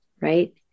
right